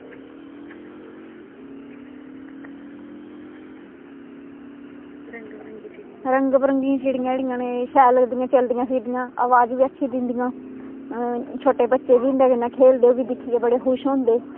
रंग बरंगी चिडियां जेहड़ियां ना एह् शैल लगदियां चलदियां फिरदियां आबाज बी अच्छी दिंदियां छोटे बच्चे बी इंदे कन्नै खेलदे बी दिक्खियै बडे़ खुश होंदे